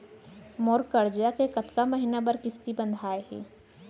मोर करजा के कतका महीना बर किस्ती बंधाये हे?